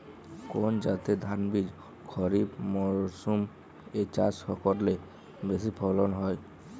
কোন জাতের ধানবীজ খরিপ মরসুম এ চাষ করলে বেশি ফলন হয়?